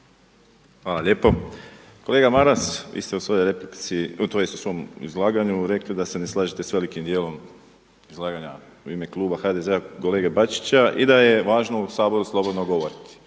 Hvala lijepo. Kolega Maras, vi ste u svojoj replici tj. u svom izlaganju rekli da se ne slažete s velikim dijelom izlaganja u ime Kluba HDZ-a kolege Bačića i da je važno u saboru slobodno govoriti.